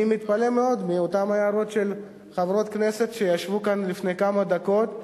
אני מתפלא מאוד על אותן הערות של חברות כנסת שישבו כאן לפני כמה דקות,